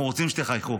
אנחנו רוצים שתחייכו.